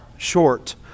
short